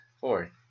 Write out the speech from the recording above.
Four